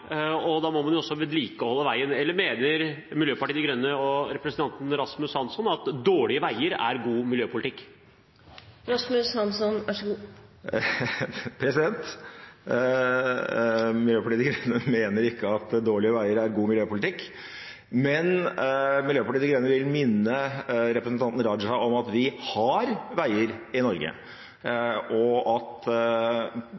og da må man også vedlikeholde veien – eller mener Miljøpartiet De Grønne og representanten Rasmus Hansson at dårlige veier er god miljøpolitikk? Miljøpartiet De Grønne mener ikke at dårlige veier er god miljøpolitikk, men Miljøpartiet De Grønne vil minne representanten Raja om at vi har veier i Norge,